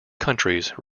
countries